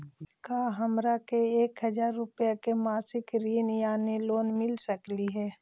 का हमरा के एक हजार रुपया के मासिक ऋण यानी लोन मिल सकली हे?